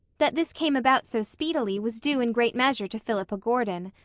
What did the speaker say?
that this came about so speedily was due in great measure to philippa gordon.